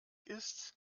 ist